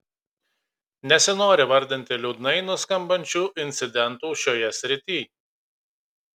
nesinori vardinti liūdnai nuskambančių incidentų šioje srityj